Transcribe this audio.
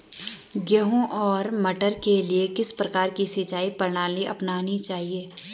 गेहूँ और मटर के लिए किस प्रकार की सिंचाई प्रणाली अपनानी चाहिये?